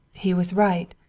he was right,